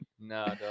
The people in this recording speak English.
No